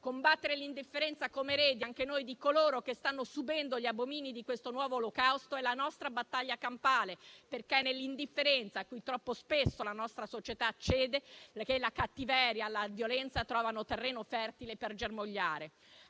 Combattere l'indifferenza come eredi anche noi di coloro che stanno subendo gli abomini di questo nuovo Olocausto è la nostra battaglia campale perché è nell'indifferenza, cui troppo spesso la nostra società cede, che la cattiveria e la violenza trovano terreno fertile per germogliare.